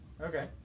okay